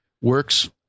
works